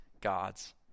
God's